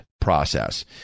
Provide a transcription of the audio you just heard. process